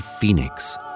phoenix